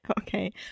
Okay